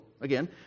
again